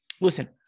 Listen